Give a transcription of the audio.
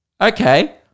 Okay